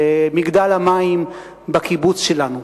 למגדל המים בקיבוץ שלנו.